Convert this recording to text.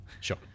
Sure